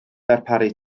darparu